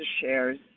shares